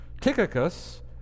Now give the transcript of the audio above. Tychicus